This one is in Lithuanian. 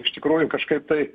iš tikrųjų kažkaip tai